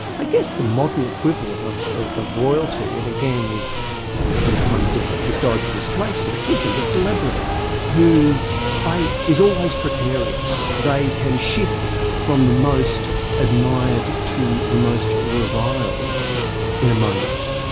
i guess the modern equivalent of of royalty, and again with some kind of historical displacements, would be the celebrity whose fate is always precarious. they can shift from the most admired to the most reviled in a moment.